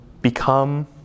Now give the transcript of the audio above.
become